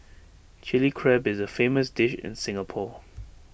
Chilli Crab is A famous dish in Singapore